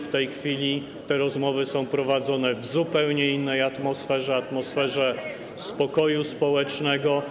W tej chwili te rozmowy są prowadzone w zupełnie innej atmosferze, atmosferze spokoju społecznego.